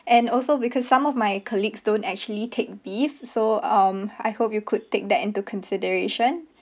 and also because some of my colleagues don't actually take beef so um I hope you could take that into consideration